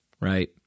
right